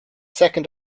second